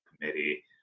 committee